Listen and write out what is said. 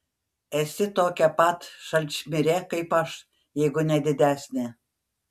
esi tokia pat šalčmirė kaip aš jeigu ne didesnė